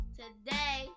today